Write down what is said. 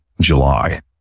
July